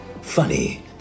funny